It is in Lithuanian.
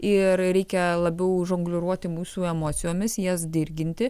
ir reikia labiau žongliruoti mūsų emocijomis jas dirginti